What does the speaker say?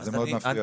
זה מאוד מפריע לי.